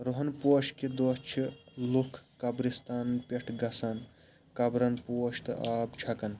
رۄہن پوش کہِ دۄہ چھِ لوٗکھ قبرِستانَن پٮ۪ٹھ گَژھان قبرَن پوش تہٕ آب چھَکان